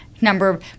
number